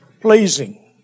pleasing